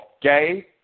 gay